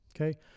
Okay